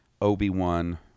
Obi-Wan